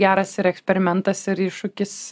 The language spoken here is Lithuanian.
geras ir eksperimentas ir iššūkis